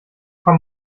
komm